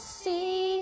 see